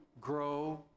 grow